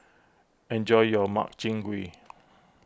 enjoy your Makchang Gui